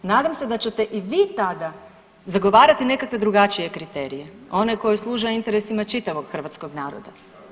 Nadam se da ćete i vi tada zagovarati nekakve drugačije kriterije, one koji služe interesima čitavog hrvatskog naroda.